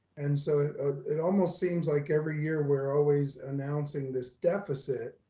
and so it it almost seems like every year we're always announcing this deficit,